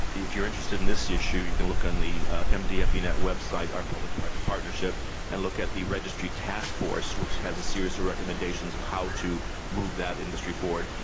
if you're interested in this issue you can look on the mdepinet website our public-private partnership and look at the registry task force which has a series of recommendations on how to move that industry forward.